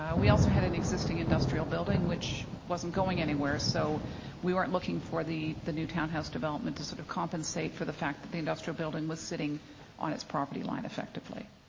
yeah we also had an existing industrial building which wasn't going anywhere. so we weren't looking for the the new townhouse development to sort of compensate for the fact that the industrial building was sitting on its property line effectively.